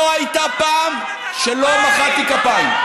לא הייתה פעם שלא מחאתי כפיים.